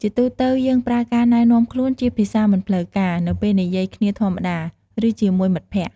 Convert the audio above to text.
ជាទូទៅ យើងប្រើការណែនាំខ្លួនជាភាសាមិនផ្លូវការ នៅពេលនិយាយគ្នាធម្មតា ឬជាមួយមិត្តភក្តិ។